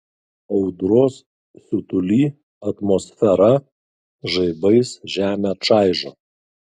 audros siutuly atmosfera žaibais žemę čaižo